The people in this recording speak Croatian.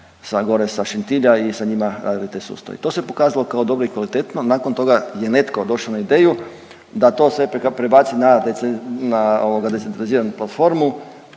sa, gore sa Šentilja i sa njima radili te sustave i to se pokazalo kao dobro i kvalitetno, nakon toga je netko došao na ideju da to sve prebaci na .../nerazumljivo/...